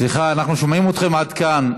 סליחה, אנחנו שומעים אתכם עד כאן.